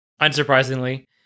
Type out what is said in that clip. unsurprisingly